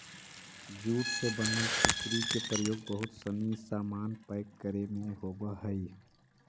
jute से बनल सुतरी के प्रयोग बहुत सनी सामान पैक करे में होवऽ हइ